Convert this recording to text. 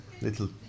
little